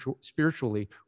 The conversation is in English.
spiritually